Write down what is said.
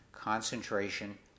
concentration